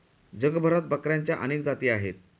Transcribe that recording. जगभरात बकऱ्यांच्या अनेक जाती आहेत